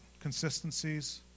consistencies